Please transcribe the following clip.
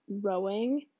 rowing